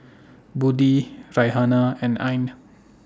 Budi Raihana and Ain